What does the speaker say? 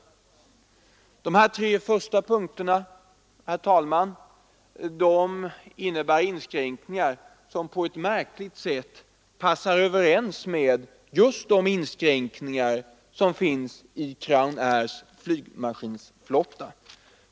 De tre första punkterna, herr talman, innebär inskränkningar som på ett märkligt sätt stämmer överens med just de luckor som finns i Crownairs flygplansflotta.